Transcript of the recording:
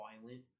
violent